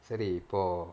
சரி இப்போ:sari ippo